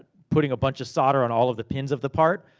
putting a bunch of solder on all of the pins of the part.